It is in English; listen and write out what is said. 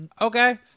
Okay